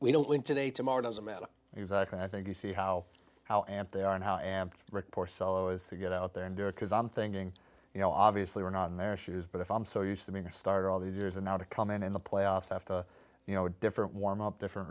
we don't win today tomorrow doesn't matter because i can i think you see how how amped they are and how amped report sello is to get out there and do it because i'm thinking you know obviously we're not in their shoes but if i'm so used to being a starter all these years and now to come in in the playoffs after you know different warm up different